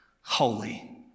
holy